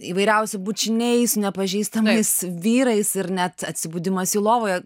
įvairiausi bučiniai su nepažįstamais vyrais ir net atsibudimas jų lovoje